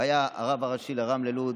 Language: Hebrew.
והיה הרב הראשי של רמלה-לוד,